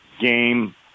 game